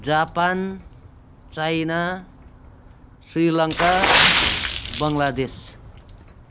Japan China Sri Lanka Bangladesh